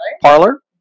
Parlor